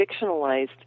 fictionalized